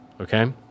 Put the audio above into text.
okay